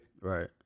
Right